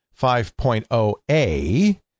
5.0A